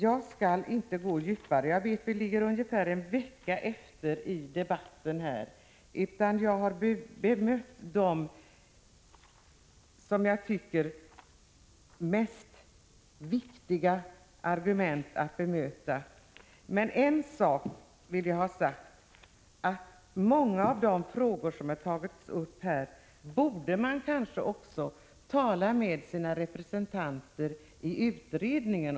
Jag skall inte gå djupare in på detta. Jag vet att vi ligger ungefär en vecka efter med debatterna. Jag har bemött de argument som jag tycker är mest viktiga att bemöta. En sak vill jag dock ha sagt: Många av de frågor som har tagits upp här borde kanske varje parti också ta upp med sina representanter i utredningen.